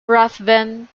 ruthven